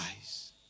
eyes